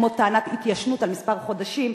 כמו טענת התיישנות על כמה חודשים,